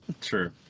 True